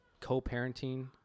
co-parenting